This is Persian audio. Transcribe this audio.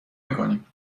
میکنیم